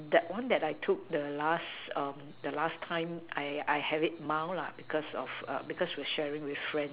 that one that I took the last um the last time I I had it mild lah because of err because we are sharing with friends